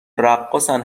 رقاصن